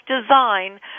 design